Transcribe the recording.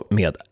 med